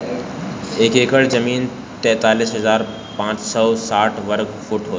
एक एकड़ जमीन तैंतालीस हजार पांच सौ साठ वर्ग फुट ह